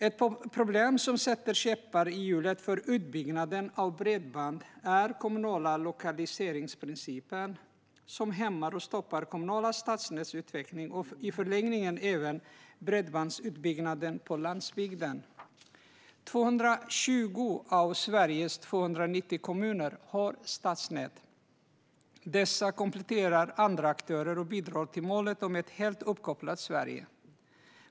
Ett problem som sätter käppar i hjulet för utbyggnaden av bredband är den kommunala lokaliseringsprincipen, som hämmar och stoppar de kommunala stadsnätens utveckling och i förlängningen även bredbandsutbyggnaden på landsbygden. 220 av Sveriges 290 kommuner har stadsnät. Dessa kompletterar andra aktörer och bidrar till målet om ett helt uppkopplat Sverige.